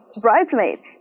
bridesmaids